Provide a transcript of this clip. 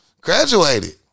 Graduated